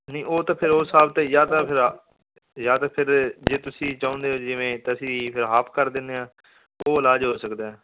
ਨਹੀਂ ਉਹ ਤਾਂ ਫੇਰ ਓਸ ਹਿਸਾਬ 'ਤੇ ਜਾਂ ਤਾਂ ਫੇਰ ਜਾਂ ਫੇਰ ਜੇ ਤੁਸੀਂ ਚਾਹੁੰਦੇ ਹੋ ਜਿਵੇਂ ਤਾਂ ਫੇਰ ਅਸੀਂ ਹਾਫ ਕਰ ਦਿੰਦੇ ਹਾਂ ਉਹ ਇਲਾਜ ਹੋ ਸਕਦਾ